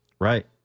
Right